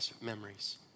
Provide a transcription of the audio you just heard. memories